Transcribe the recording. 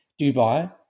Dubai